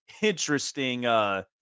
interesting